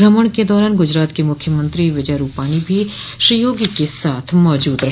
भ्रमण के दौरान गुजरात के मुख्यमंत्री विजय रूपानी भी श्री योगी के साथ मौजूद रहे